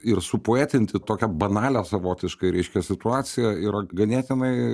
ir supoetinti tokią banalią savotiškai reiškia situaciją yra ganėtinai